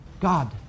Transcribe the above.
God